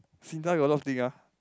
Sinda got a lot of thing ah